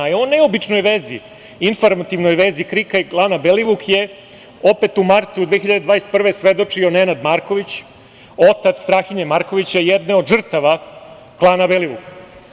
O ovoj neobičnoj vezi, informativnoj vezi KRIK-a i klana Belivuk je opet u martu 2021. godine svedočio Nenad Marković, otac Strahinje Markovića, jedne od žrtava klana Belivuk.